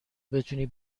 بتونی